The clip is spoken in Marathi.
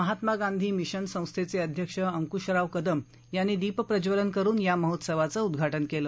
महात्मा गांधी मिशन संस्थेचे अध्यक्ष अंकूशराव कदम यांनी दीप प्रज्वलन करून या महोत्सवाचं उद्घाटन केलं